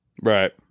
Right